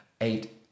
eight